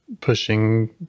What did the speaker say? Pushing